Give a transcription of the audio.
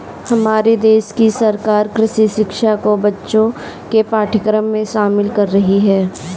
हमारे देश की सरकार कृषि शिक्षा को बच्चों के पाठ्यक्रम में शामिल कर रही है